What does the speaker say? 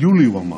ביולי, הוא אמר,